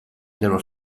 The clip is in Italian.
dello